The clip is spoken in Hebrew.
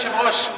אדוני היושב-ראש,